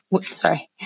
sorry